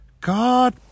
god